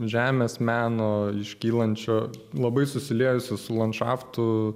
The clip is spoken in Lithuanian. žemės meno iškylančio labai susiliejusi su landšaftu